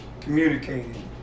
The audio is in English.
communicating